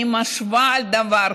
אני משווה דבר.